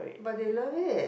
but they love it